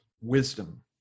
wisdom